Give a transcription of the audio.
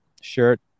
shirt